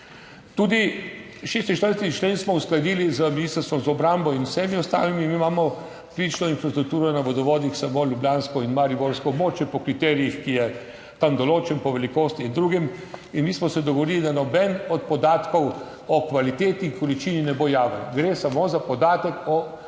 Tudi 46. člen smo uskladili z Ministrstvom za obrambo in z vsemi ostalimi. Mi imamo kritično infrastrukturo na vodovodih, samo ljubljansko in mariborsko območje po kriterijih, ki je tam določen, po velikosti in drugim. In mi smo se dogovorili, da noben od podatkov o kvaliteti in količini ne bo javen, gre samo za podatek o trasah